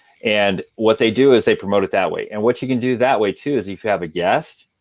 and what they do is they promote it that way. and what you can do that way too is if you have a guest,